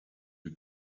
you